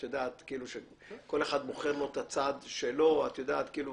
את יודעת, שכל אחד בוחר לו את הצד שלו -- כאילו